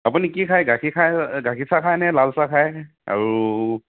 আপুনি কি খায় গাখীৰ খায় গাখীৰ চাহ খায়নে লাল চাহ খায় আৰু